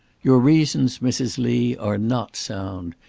your reasons, mrs. lee, are not sound.